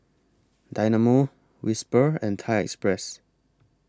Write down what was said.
Dynamo Whisper and Thai Express